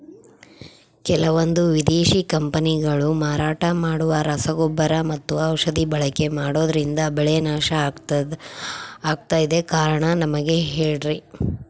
ಕೆಲವಂದು ವಿದೇಶಿ ಕಂಪನಿಗಳು ಮಾರಾಟ ಮಾಡುವ ರಸಗೊಬ್ಬರ ಮತ್ತು ಔಷಧಿ ಬಳಕೆ ಮಾಡೋದ್ರಿಂದ ಬೆಳೆ ನಾಶ ಆಗ್ತಾಇದೆ? ಕಾರಣ ನನಗೆ ಹೇಳ್ರಿ?